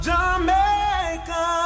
Jamaica